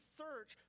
search